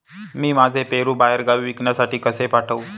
मी माझे पेरू बाहेरगावी विकण्यासाठी कसे पाठवू?